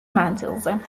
მანძილზე